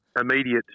immediate